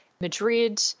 Madrid